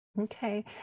Okay